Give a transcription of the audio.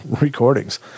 recordings